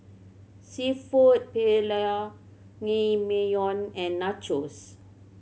Seafood Paella Naengmyeon and Nachos